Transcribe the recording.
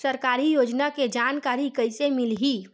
सरकारी योजना के जानकारी कइसे मिलही?